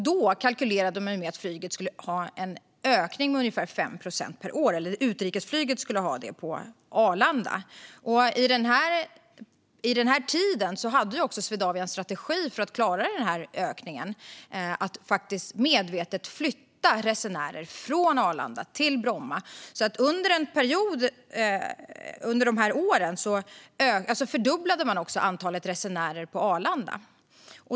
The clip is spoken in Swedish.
Då kalkylerade man med att utrikesflyget på Arlanda skulle öka med ungefär 5 procent per år. Vid den här tiden hade Swedavia en strategi för att klara ökningen, att faktiskt medvetet flytta resenärer från Arlanda till Bromma. Under en period under dessa år fördubblade man antalet resenärer på Arlanda.